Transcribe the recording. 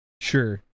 sure